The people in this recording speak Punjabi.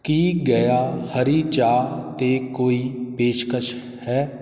ਕੀ ਗਯਾ ਹਰੀ ਚਾਹ 'ਤੇ ਕੋਈ ਪੇਸ਼ਕਸ਼ ਹੈ